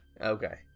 Okay